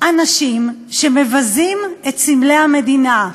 אנשים שמבזים את סמלי המדינה.